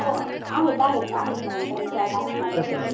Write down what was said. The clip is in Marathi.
हो आहेत आहेत आहेत मॅडम काही चार्ट आहेत माझ्याकडे